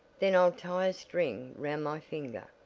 then i'll tie a string round my finger,